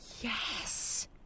Yes